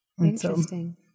interesting